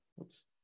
Oops